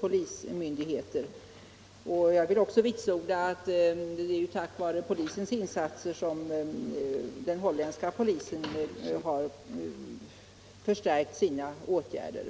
polismyndigheten i Holland, och jag vill vitsorda att det är tack vare den svenska polisens insatser som den holländska polisen har skärpt sina åtgärder.